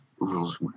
rules